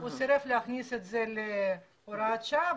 הוא סירב להכניס את זה להוראת שעה.